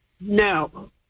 no